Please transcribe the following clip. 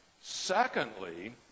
Secondly